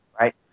right